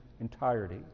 entirety